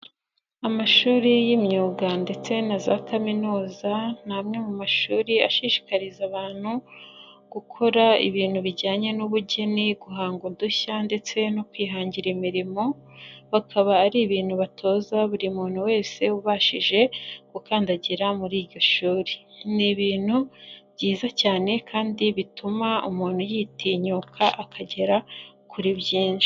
Amashuri y'imyuga ndetse na za kaminuza ni amwe mu mashuri ashishikariza abantu gukora ibintu bijyanye n'ubugeni, guhanga udushya ndetse no kwihangira imirimo, bakaba ari ibintu batoza buri muntu wese ubashije gukandagira muri iryo shuri. Ni ibintu byiza cyane kandi bituma umuntu yitinyuka akagera kuri byinshi.